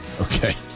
Okay